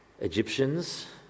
Egyptians